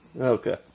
Okay